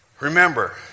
Remember